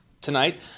tonight